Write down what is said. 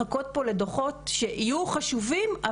לחכות פה לדוחות שיהיו חשובים,